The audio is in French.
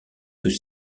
que